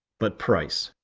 but price.